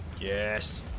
Yes